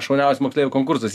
šauniausių moksleivių konkursas